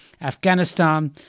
Afghanistan